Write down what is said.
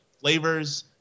flavors